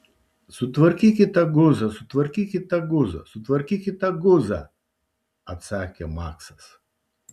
sutvarkykit tą guzą sutvarkykit tą guzą sutvarkykit tą guzą atsakė maksas